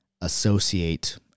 associate